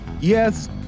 yes